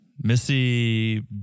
Missy